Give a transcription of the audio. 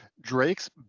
Drake's